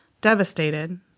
devastated